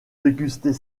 déguster